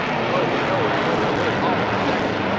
although he know'd i went the whole hog for jackson.